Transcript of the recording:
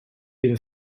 been